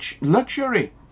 luxury